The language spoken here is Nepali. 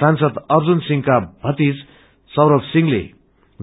सांसद अर्जुन सिंहको भतिजा सौरव सिंहले